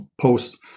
post